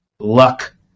luck